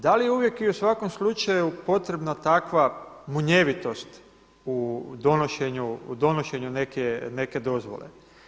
Da li uvijek i u svakom slučaju potrebna takva munjevitost u donošenju neke dozvole?